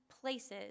places